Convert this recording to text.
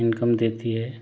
income देती है